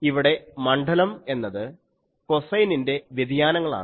ഇവിടെ മണ്ഡലം എന്നത് കൊസൈനിൻ്റെ വ്യതിയാനങ്ങളാണ്